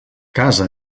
casa